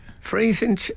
Freezing